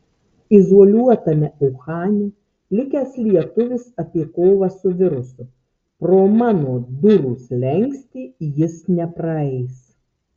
izoliuotame uhane likęs lietuvis apie kovą su virusu pro mano durų slenkstį jis nepraeis